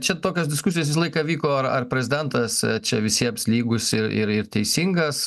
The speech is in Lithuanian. čia tokios diskusijos visą laiką vyko ar ar prezidentas čia visiems lygus ir ir ir teisingas